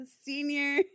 senior